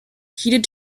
heated